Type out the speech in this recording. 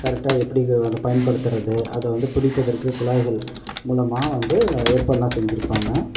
கரெக்டாக எப்படி இதை வந்து பயன்படுத்துறது அதை வந்து பிடிப்பதற்கு குழாய்கள் மூலமாக வந்து ஏற்பாடுலாம் செஞ்சுருப்பாங்க